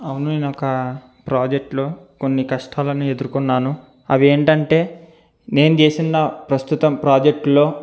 అవును నేనొక ప్రాజెక్టులో కొన్ని కష్టాలను ఎదుర్కొన్నాను అవేంటంటే నేను చేసిన ప్రస్తుతం ప్రాజెక్టులో